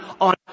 on